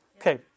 Okay